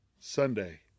Sunday